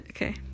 Okay